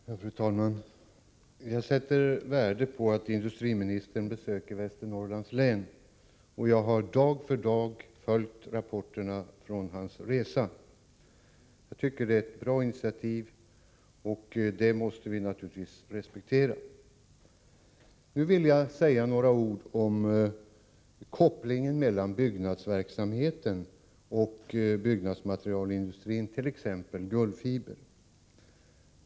Fru talman! Jag sätter värde på att industriministern besöker Västernorrlands län. Jag har dag för dag följt rapporterna från hans resa. Det är ett bra initiativ, och det måste vi naturligtvis respektera. Nu vill jag säga några ord om kopplingen mellan byggnadsverksamheten och byggnadsmaterialindustrin, t.ex. Gullfiber.